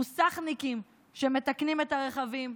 מוסכניקים שמתקנים את הרכבים,